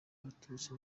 abatutsi